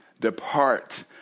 depart